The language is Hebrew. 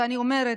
ואני אומרת: